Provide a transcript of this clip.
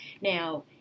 Now